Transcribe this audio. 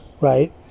right